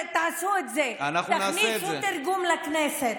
תעשו את זה, תכניסו תרגום לכנסת.